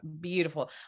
beautiful